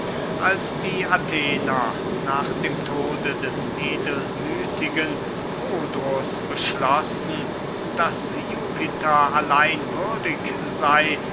als die athener nach dem tode des edelmüthigen kodrus beschlossen daß jupiter allein würdig sey